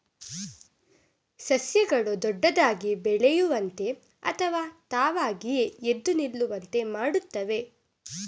ಸಸ್ಯಗಳು ದೊಡ್ಡದಾಗಿ ಬೆಳೆಯುವಂತೆ ಅಥವಾ ತಾವಾಗಿಯೇ ಎದ್ದು ನಿಲ್ಲುವಂತೆ ಮಾಡುತ್ತವೆ